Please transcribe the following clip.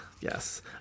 yes